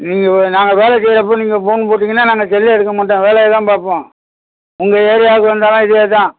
நீங்கள் நாங்கள் வேலை செய்கிறப்ப நீங்கள் ஃபோன் போட்டீங்கன்னால் நாங்கள் செல்லு எடுக்க மாட்டோம் வேலையைதான் பார்ப்போம் உங்கள் ஏரியாவுக்கு வந்தாலும் இதேதான்